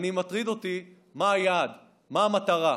אני, מטריד אותי מה היעד, מה המטרה.